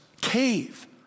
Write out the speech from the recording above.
cave